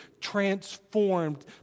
transformed